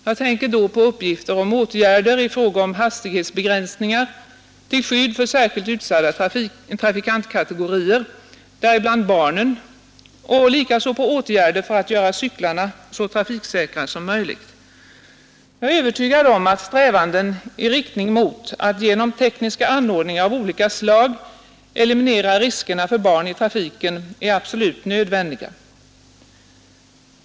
Jag tänker då på uppgifter om åtgärder i fråga om hastighetsbegränsningar till skydd för särskilt utsatta trafikantkategorier, däribland barnen, och likaså på åtgärder för att göra cyklarna så trafiksäkra som möjligt. Jag är övertygad om att strävanden i riktning mot att genom tekniska anordningar av olika slag eliminera riskerna för barn i trafiken är absolut nödvändiga.